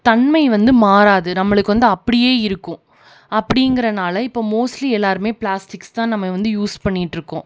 தன்மை வந்து மாறாது நம்மளுக்கு வந்து அப்படியே இருக்கும் அப்படிங்கிறனால இப்போ மோஸ்ட்லி எல்லாருமே பிளாஸ்டிக்ஸ் தான் நம்ம வந்து யூஸ் பண்ணிகிட்டு இருக்கோம்